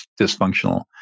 dysfunctional